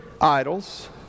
idols